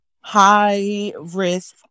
high-risk